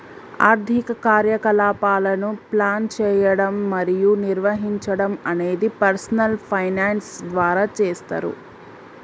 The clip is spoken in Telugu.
ఆర్థిక కార్యకలాపాలను ప్లాన్ చేయడం మరియు నిర్వహించడం అనేది పర్సనల్ ఫైనాన్స్ ద్వారా చేస్తరు